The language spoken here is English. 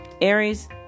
Aries